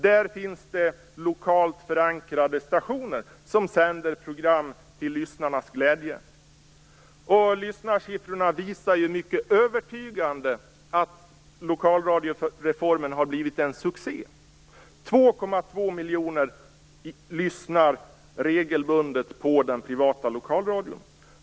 Där finns det lokalt förankrade stationer som sänder program till lyssnarnas glädje. Lyssnarsiffrorna visar mycket övertygande att lokalradioreformen har blivit en succé. 2,2 miljoner lyssnar regelbundet på den privata lokalradion.